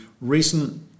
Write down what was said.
recent